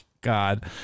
God